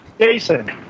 Jason